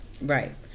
Right